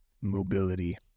mobility